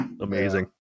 amazing